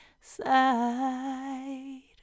side